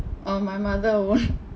uh my mother won't